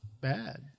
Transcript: bad